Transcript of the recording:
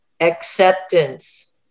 Acceptance